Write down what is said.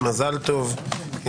מזל טוב.